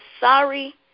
sorry